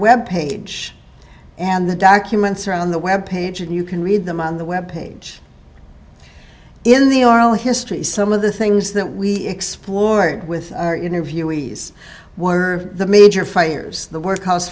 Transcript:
web page and the documents are on the web page and you can read them on the web page in the oral history some of the things that we explored with our interviewees were the major fires the workhouse